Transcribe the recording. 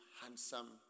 handsome